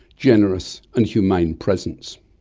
generous, and humane presence.